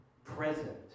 present